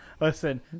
Listen